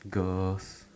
girls